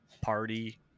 party